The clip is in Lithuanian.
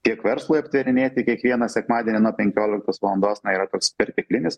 tiek verslui aptvėrinėti kiekvieną sekmadienį nuo penkioliktos valandos na yra toks perteklinis